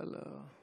לא, לא,